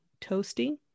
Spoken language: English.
toasty